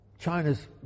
China's